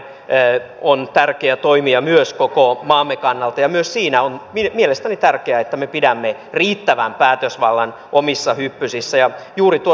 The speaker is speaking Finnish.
finnair on myös tärkeä toimija koko maamme kannalta ja myös siinä on mielestäni tärkeää että me pidämme riittävän päätösvallan omissa hyppysissämme